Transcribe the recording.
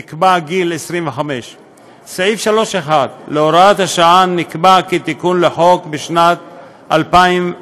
נקבע גיל 25. סעיף 3(1) להוראת השעה נקבע כתיקון לחוק בשנת 2005,